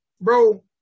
bro